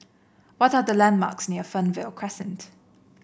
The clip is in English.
what are the landmarks near Fernvale Crescent